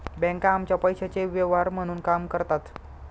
बँका आमच्या पैशाचे व्यवहार म्हणून काम करतात